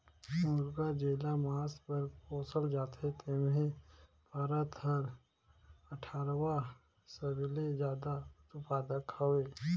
मुरगा जेला मांस बर पोसल जाथे तेम्हे भारत हर अठारहवां सबले जादा उत्पादक हवे